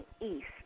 east